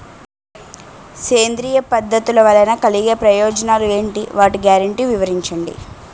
సేంద్రీయ పద్ధతుల వలన కలిగే ప్రయోజనాలు ఎంటి? వాటి గ్యారంటీ వివరించండి?